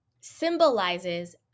symbolizes